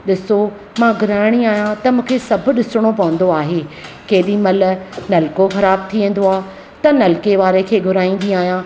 ॾिसो मां ग्रहणी आहियां त मूंखे सभु ॾिसणो पवंदो आहे केॾी महिल नलको ख़राबु थी वेंदो आहे त नलके वारे खे घुराईंदी आहियां